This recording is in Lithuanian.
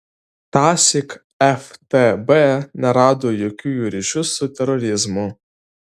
tąsyk ftb nerado jokių jų ryšių su terorizmu